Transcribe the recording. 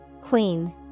Queen